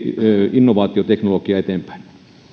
innovaatioteknologiaa eteenpäin